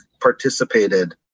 participated